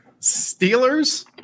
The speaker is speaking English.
Steelers